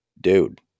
dude